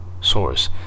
Source